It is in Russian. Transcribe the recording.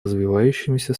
развивающимися